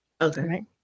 Okay